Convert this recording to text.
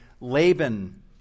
Laban